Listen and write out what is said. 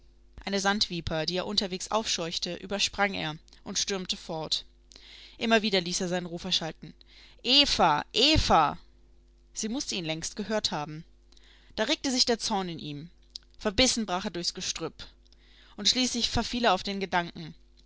eine sandviper die er unterwegs aufscheuchte übersprang er und stürmte fort immer wieder ließ er seinen ruf erschallen eva eva sie mußte ihn längst gehört haben da regte sich der zorn in ihm verbissen brach er durchs gestrüpp und schließlich verfiel er auf den gedanken